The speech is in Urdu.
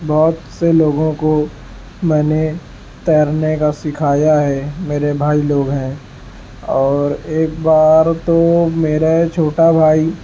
بہت سے لوگوں کو میں نے تیرنے کا سکھایا ہے میرے بھائی لوگ ہیں اور ایک بار تو میرا چھوٹا بھائی